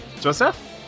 Joseph